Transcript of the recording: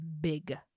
Big